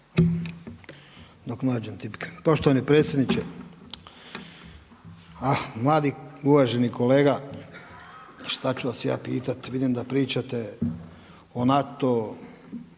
Stevo (HDZ)** Poštovani predsjedniče, ah mladi uvaženi kolega šta ću vas ja pitati. Vidim da pričate od NATO-u,